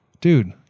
dude